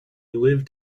lived